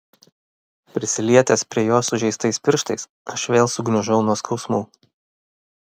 prisilietęs prie jos sužeistais pirštais aš vėl sugniužau nuo skausmų